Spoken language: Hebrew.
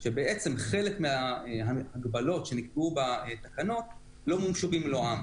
שבעצם חלק מההגבלות שנקבעו בתקנות לא מומשו במלואן.